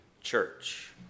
church